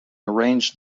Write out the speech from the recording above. arranged